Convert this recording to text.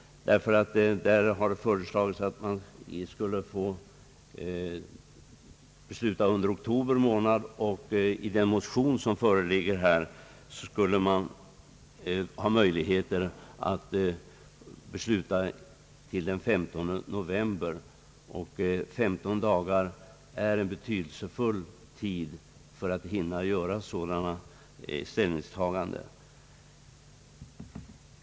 Där har det föreslagits att man skulle besluta under oktober månad, och enligt den motion som här föreligger skulle man ha möjlighet att besluta till den 15 november. 15 dagar är en betydelsefull tid för att hinna göra sådana ställningstaganden.